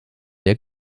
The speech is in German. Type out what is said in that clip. der